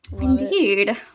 Indeed